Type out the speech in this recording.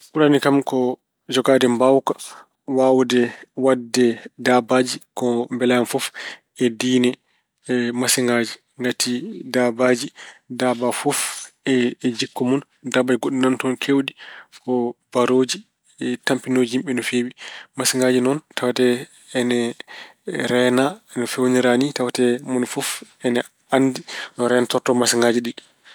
Ɓurani kam ko jogaade mbaawka waawde waɗde daabaaji ko mbelaami fof e diine masiŋaaji. Ngati daabaaji, daabaa fof e jikku mun. Daabaaji goɗɗi nana toon keewɗi ko mbarooji, tampinooji yimɓe no feewi. Masiŋaaji non tawatee ene reena. No feewnira nii tawetee mone fof ene anndi no reentorde masiŋaaji ɗi.